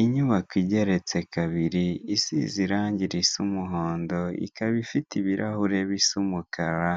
Inyubako igeretse kabiri isize irangi risa umuhondo ikaba ifite ibirahure bisa umukara,